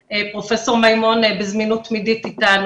פרופ' מימון בזמינות תמידית איתנו,